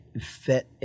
fit